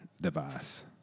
device